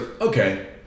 okay